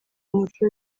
umuco